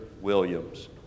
Williams